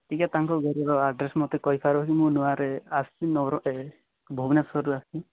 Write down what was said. ଟିକେ ତାଙ୍କ ଘରର ଆଡ୍ରେଶ ମୋତେ କହି ପାରିବ ମୁଁ ନୂଆରେ ଆସିଛି ଭୁବେନେଶ୍ୱରରୁ ଆସିଛି